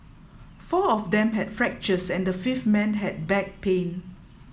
four of them had fractures and the fifth man had back pain